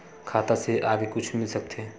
खाता से आगे कुछु मिल सकथे?